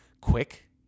quick